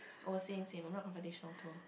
oh same same I'm not gonna take additional tour